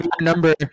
number